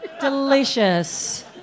Delicious